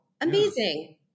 amazing